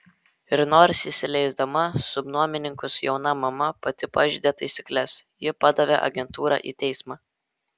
ir nors įsileisdama subnuomininkus jauna mama pati pažeidė taisykles ji padavė agentūrą į teismą